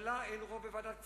לממשלה אין רוב בוועדת הכספים.